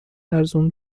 ارزون